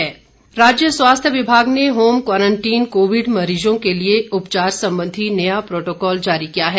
Covid protocol राज्य स्वास्थ्य विभाग ने होम क्वारंटीन कोविड मरीजों के लिए उपचार संबंधी नया प्रोटोकॉल जारी किया है